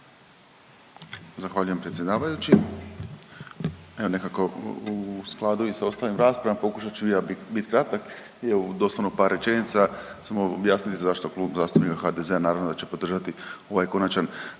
Zahvaljujem predsjedavajući. Evo nekako u skladu i sa ostalim raspravama pokušat ću i ja bit kratak i evo doslovno u par rečenica samo objasniti zašto Klub zastupnika HDZ-a naravno da će podržati ovaj konačan